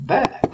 Back